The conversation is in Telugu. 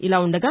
ఇలా ఉండగా